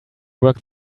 work